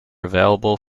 available